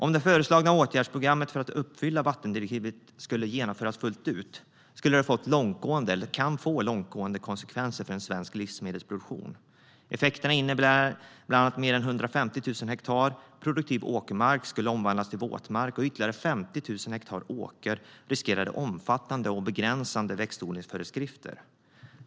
Om det föreslagna åtgärdsprogrammet för att uppfylla vattendirektivet skulle genomföras fullt ut skulle det få långtgående konsekvenser för svensk livsmedelsproduktion. Effekterna skulle bland annat bli att mer än 150 000 hektar produktiv åkermark skulle omvandlas till våtmark och ytterligare 50 000 hektar åker riskera omfattande och begränsande växtodlingsföreskrifter.